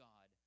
God